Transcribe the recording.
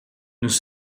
nous